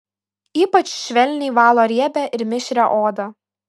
ypač švelniai valo riebią ir mišrią odą